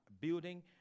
building